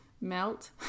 melt